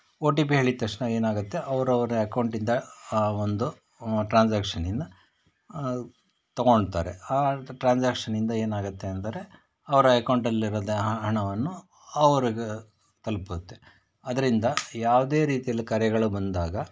ಓ T P ಹೇಳಿದ ತಕ್ಷಣ ಏನಾಗುತ್ತೆ ಅವ್ರ ಅವರ ಅಕೌಂಟಿಂದ ಆ ಒಂದು ಟ್ರಾನ್ಸಾಕ್ಷನ್ನಿನ ತೊಗೊಳ್ತಾರೆ ಆ ಟ್ರಾನ್ಸಾಕ್ಷನ್ನಿಂದ ಏನಾಗುತ್ತೆ ಅಂದರೆ ಅವ್ರ ಅಕೌಂಟಲ್ಲಿರೋದು ಹ ಹಣವನ್ನು ಅವ್ರ್ಗೆ ತಲುಪುತ್ತೆ ಅದರಿಂದ ಯಾವುದೇ ರೀತಿಯಲ್ಲಿ ಕರೆಗಳು ಬಂದಾಗ